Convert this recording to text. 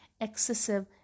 excessive